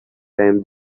time